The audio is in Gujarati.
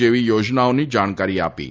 જેવી યોજનાઓની જાણકારી આપી હતી